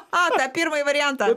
a tą pirmąjį variantą